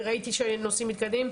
וראיתי שהנושאים מתקדמים.